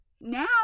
now